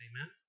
amen